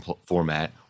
format